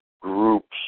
group's